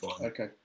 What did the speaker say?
Okay